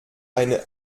eine